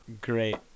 Great